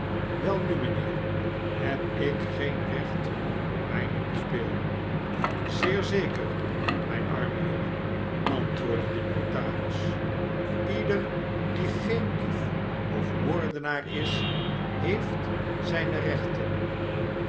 welnu mynheer heb ik geen recht op myne pupil zeer zeker mijn arme jongen antwoordde de notaris leder die geen dief of moordenaar is heeft zyne rechten